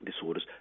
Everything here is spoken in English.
disorders